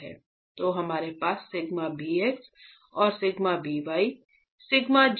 तो हमारे पास σ bx और σ by σ jx और σ jy हैं